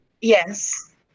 yes